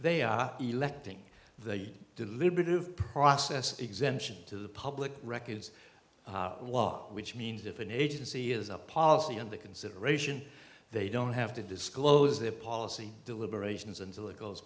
they are electing the deliberative process exemption to the public records law which means if an agency has a policy under consideration they don't have to disclose their policy deliberations until it goes